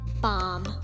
bomb